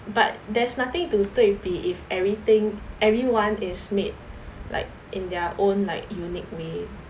but there's nothing to 对比 if everything everyone is made like in their own like unique way